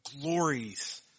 glories